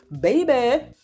baby